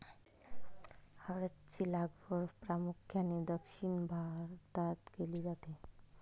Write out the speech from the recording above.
हळद ची लागवड प्रामुख्याने दक्षिण भारतात केली जाते